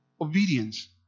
Obedience